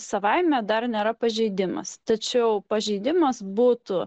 savaime dar nėra pažeidimas tačiau pažeidimas būtų